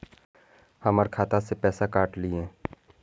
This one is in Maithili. हमर खाता से पैसा काट लिए?